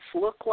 look